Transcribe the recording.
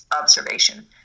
observation